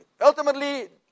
ultimately